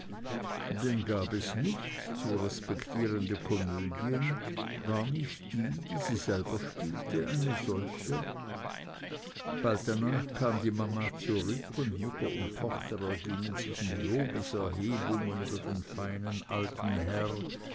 denn gab es nicht zu respektierende komödien war nicht die die er selber spielte eine solche bald danach kam die mama zurück und mutter und tochter ergingen sich in lobeserhebungen über den feinen alten herrn